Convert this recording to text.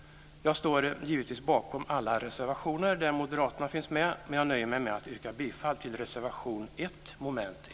Jag står givetvis bakom alla reservationer där Moderaterna finns med men jag nöjer mig med att yrka bifall till reservation 1, under mom. 1.